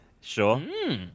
sure